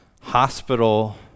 hospital